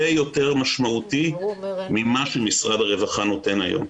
יותר משמעותי ממה שמשרד הרווחה נותן היום.